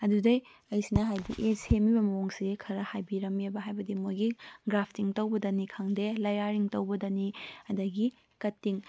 ꯑꯗꯨꯗꯩ ꯑꯩꯁꯤꯅ ꯍꯥꯏꯗꯤ ꯑꯦ ꯁꯦꯝꯂꯤꯕ ꯃꯑꯣꯡꯁꯤ ꯈꯔ ꯍꯥꯏꯕꯤꯔꯝꯃꯦꯕ ꯍꯥꯏꯕꯗꯤ ꯃꯈꯣꯏꯒꯤ ꯒ꯭ꯔꯥꯐꯇꯤꯡ ꯇꯧꯕꯗꯅꯤ ꯈꯪꯗꯦ ꯂꯌꯥꯔꯤꯡ ꯇꯧꯕꯗꯅꯤ ꯑꯗꯒꯤ ꯀꯠꯇꯤꯡ